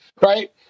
right